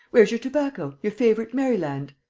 where's your tobacco, your favourite maryland.